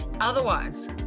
Otherwise